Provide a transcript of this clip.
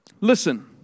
Listen